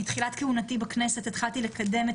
מתחילת כהונתי בכנסת התחלתי לקדם את